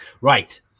Right